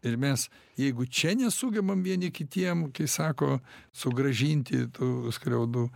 ir mes jeigu čia nesugebam vieni kitiem kai sako sugrąžinti tų skriaudų